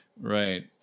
Right